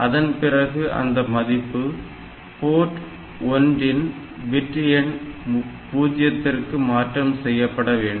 அதன் பிறகு அந்த மதிப்பு போர்ட் 1 இன் பிட் எண் 0 க்கு மாற்றம் செய்யப்பட வேண்டும்